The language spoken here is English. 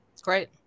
great